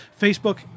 Facebook